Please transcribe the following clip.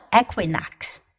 equinox